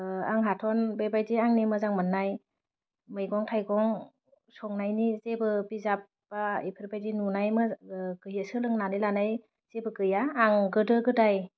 आंहाथन बेबायदि आंनि मोजां मोननाय मैगं थाइगं संनायनि जेबो बिजाब बा इफोरबायदि नुनायमोन गै सोलोंनानै लानाय जेबो गैया आं गोदो गोदाइ